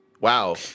Wow